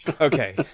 Okay